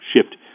shift